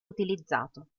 utilizzato